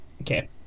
Okay